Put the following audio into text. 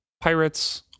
pirates